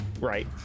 Right